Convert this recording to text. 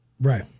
Right